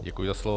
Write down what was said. Děkuji za slovo.